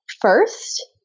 first